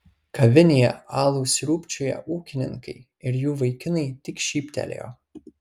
kavinėje alų sriubčioją ūkininkai ir jų vaikinai tik šyptelėjo